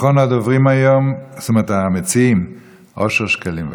אחרון המציעים היום, אושר שקלים.